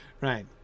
Right